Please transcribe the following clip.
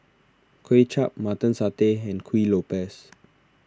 Kway Chap Mutton Satay and Kuih Lopes